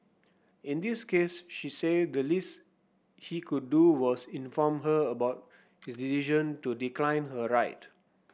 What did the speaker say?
in this case she said the least he could do was inform her about his decision to decline her ride